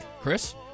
Chris